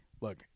look